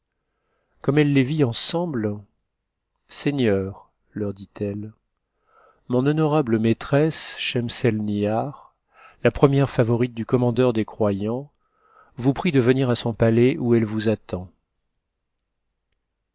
comme elle les vit ensemble seigneurs leur dit-elle mon honorable maîtresse schemselnihar la première favorite du commandeur des croyants vous prie de venir à son palais où elle vous attend